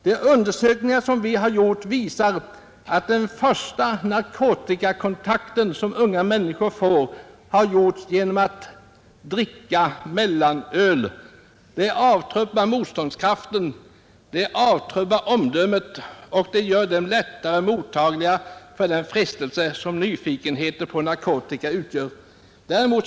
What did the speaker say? De undersökningar som vi har gjort, visar att den första narkotikakontakten som unga människor får, har gjorts genom att dricka mellanöl. Det avtrubbar motståndskraften, det avtrubbar omdömet och det gör dem lättare mottagliga för den frestelse, som nyfikenheten på narkotika utgör”, sade generaldirektör Orring.